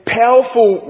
powerful